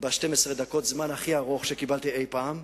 ב-12 דקות, הזמן הכי ארוך שקיבלתי אי-פעם.